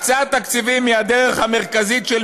הקצאת תקציבים היא הדרך המרכזית של